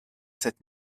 sept